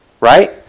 Right